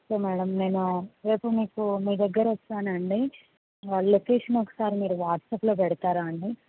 okay madam నేను రేపు మీకు మీ దగ్గర వస్తాను అండి లొకేషన్ ఒకసారి మీరు వాట్సప్లో పెడతారా అండి